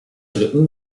dritten